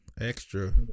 extra